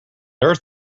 earth